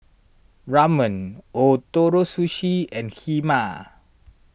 Ramen Ootoro Sushi and Kheema